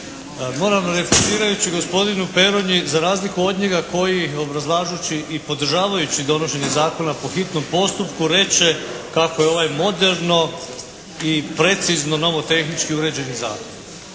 Moram replicirajući gospodinu Peronji, za razliku od njega koji obrazlažući i podržavajući donošenje zakona po hitnom postupku, … kako je ovaj moderno i precizno nomotehnički uređeni zakon.